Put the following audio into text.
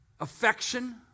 affection